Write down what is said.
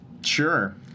Sure